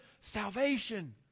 salvation